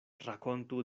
rakontu